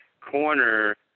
corner